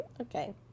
Okay